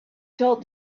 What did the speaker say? told